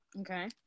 okay